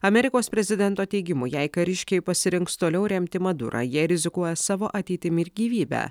amerikos prezidento teigimu jei kariškiai pasirinks toliau remti madurą jie rizikuoja savo ateitimi ir gyvybe